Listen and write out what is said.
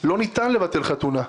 לא ניתן לבטל חתונה.